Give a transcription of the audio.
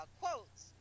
quotes